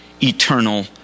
eternal